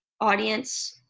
audience